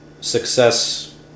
success